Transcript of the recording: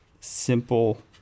simple